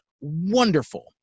wonderful